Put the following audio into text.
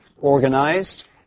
organized